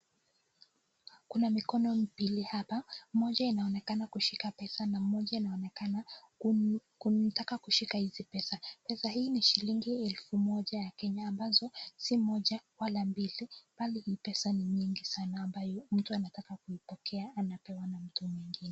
Kuna mikono miwili hapa. Moja inaonekana kushika pesa na moja inaonekana kunitaka kushika hizi pesa. Pesa hii ni shilingi elfu moja ya Kenya ambazo si moja wala mbili. Bali ni pesa ni nyingi sana ambayo mtu anataka kuipokea anapewa na mtu mwingine.